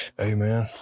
Amen